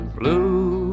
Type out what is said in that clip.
blue